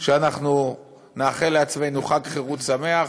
אנחנו נאחל לעצמנו חג חירות שמח,